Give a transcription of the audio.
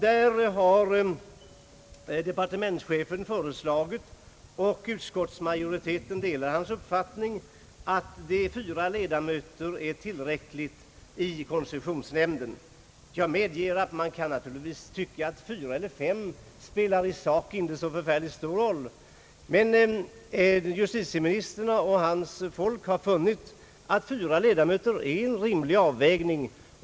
Där har departementschefen förklarat — och ut 138 Nr 28 Ang. förslag till miljöskyddslag m.m. skottsmajoriteten delar hans uppfattning — att det är tillräckligt med fyra ledamöter i koncessionsnämnden. Jag medger att man kan tycka att fyra eller fem ledamöter inte spelar så stor roll i sak. Men justitieministern har funnit att fyra ledamöter är en rimlig avvägning.